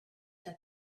that